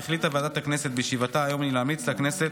החליטה ועדת הכנסת בישיבתה היום להמליץ לכנסת